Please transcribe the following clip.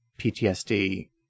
PTSD